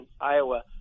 Iowa